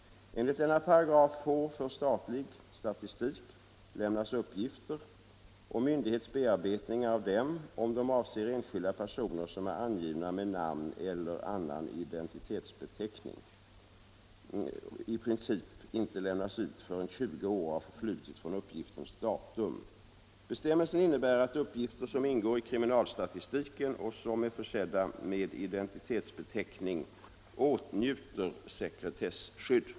Enligt denna paragraf får för statlig statistik lämnade uppgifter och myndighets bearbetningar av dem, om de avser enskilda personer som är angivna med namn eller annan identitetsbeteckning, i princip inte lämnas ut förrän 20 år har förflutit från uppgiftens datum. Bestämmelsen innebär att uppgifter som ingår i kriminalstatistiken och som är försedda med identitetsbeteckning åtnjuter sekretesskydd.